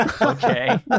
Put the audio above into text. okay